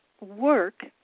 work